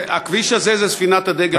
הכביש הזה, זו ספינת הדגל שלך.